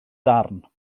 darn